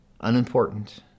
Unimportant